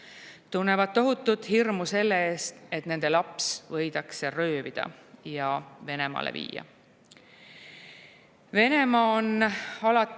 Tunnevad tohutut hirmu selle ees, et nende laps võidakse röövida ja Venemaale viia. Venemaa on alates